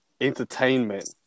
entertainment